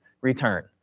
return